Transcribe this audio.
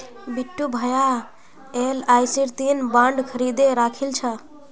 बिट्टू भाया एलआईसीर तीन बॉन्ड खरीदे राखिल छ